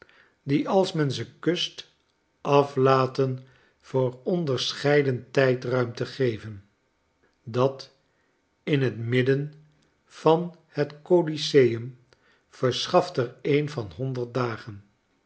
die als men ze kust aflaten voor onderscheiden tijdruimte geven dat in het midden van het coliseum verschaft er een van honderd dagen